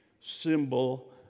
symbol